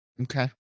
Okay